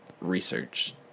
research